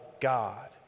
God